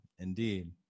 indeed